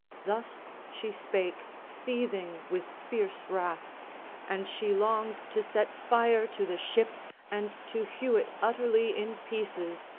thus she spake, seething with fierce wrath and she longed to set fire to the ship and to hew it utterly in pieces,